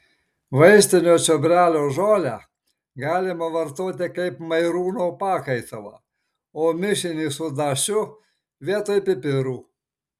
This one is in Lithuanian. vaistinio čiobrelio žolę galima vartoti kaip mairūno pakaitalą o mišinį su dašiu vietoj pipirų